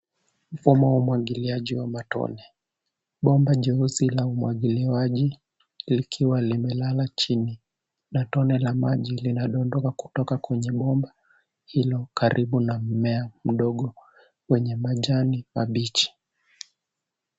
Mfumo wa umwagiliaji wa matone. Bomba jeusi la umwagiliaji likiwa limelala chini na tone la maji linadondoka kutoka kwenye bomba hilo karibu na mmea mdogo wenye majani mabichi.